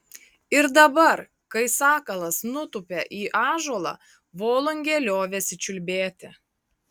ir dabar kai sakalas nutūpė į ąžuolą volungė liovėsi čiulbėti